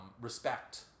respect